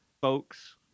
folks